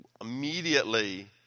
immediately